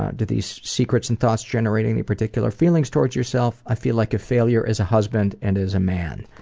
ah do these secrets and thoughts generate any particular feelings toward yourself? i feel like a failure as a husband and as a man.